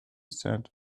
said